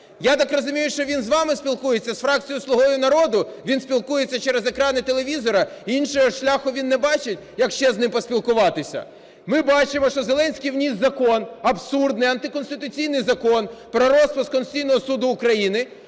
Я так розумію, що він з вами спілкується, з фракцією "Слуги народу" він спілкується через екрани телевізора, і іншого шляху він не бачить, як ще з ним поспілкуватися. Ми бачимо, що Зеленський вніс закон, абсурдний, антиконституційний Закон про розпуск Конституційного Суду України,